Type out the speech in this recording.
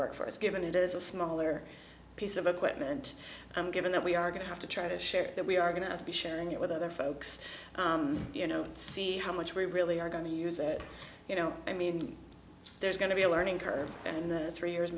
work for us given it is a smaller piece of equipment and given that we are going to have to try to share that we are going to be sharing it with other folks you know see how much we really are going to use it you know i mean there's going to be a learning curve and then three years